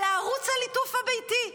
אלא ערוץ הליטוף הביתי.